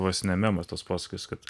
vos ne memas toks posakis kad